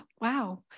wow